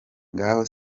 ngaho